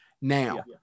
now